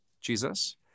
Jesus